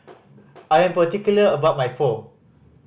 I am particular about my Pho